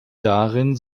darin